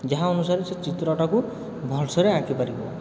ଯାହା ଅନୁସାରେ ସିଏ ଚିତ୍ରଟାକୁ ଭଲସେ ଆଙ୍କିପାରିବ